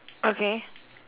okay